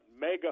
mega